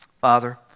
Father